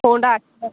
Honda Activa